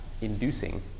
inducing